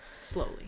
Slowly